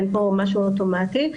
אין פה משהו אוטומטי.